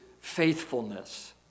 faithfulness